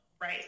right